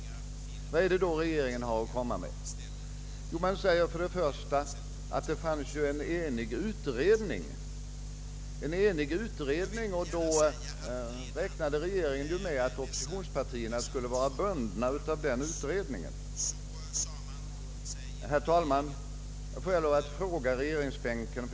Vad är det då regeringen har att anföra? Jo, man framhåller först och främst att det förelåg en enhällig utredning och att regeringen därför räknade med att oppositionspartierna skulle vara bundna av dennas förslag. Herr talman!